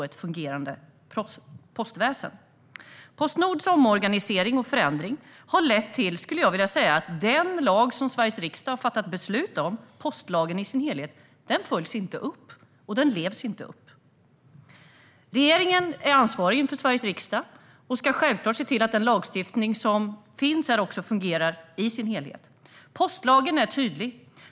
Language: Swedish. Jag skulle vilja säga att Postnords omorganisering och förändring har lett till att man inte lever upp till den lag, postlagen, som Sveriges riksdag har fattat beslut om. Regeringen är ansvarig inför Sveriges riksdag och ska självklart se till att den lagstiftning som finns fungerar i sin helhet. Postlagen är tydlig.